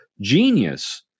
genius